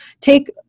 take